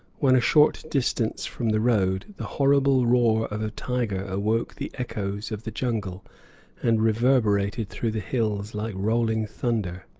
when, a short distance from the road, the horrible roar of a tiger awoke the echoes of the jungle and reverberated through the hills like rolling thunder.